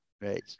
Right